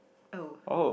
oh